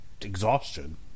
exhaustion